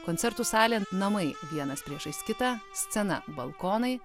koncertų salė namai vienas priešais kitą scena balkonai